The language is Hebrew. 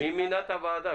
מי מינה את הוועדה?